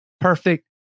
perfect